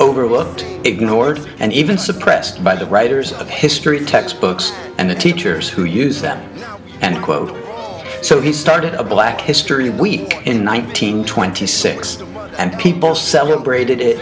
overworked ignored and even suppressed by the writers of history textbooks and the teachers who use them and quote so he started a black history week in one thousand and twenty six and people celebrated it